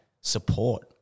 support